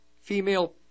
Female